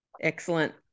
Excellent